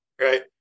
right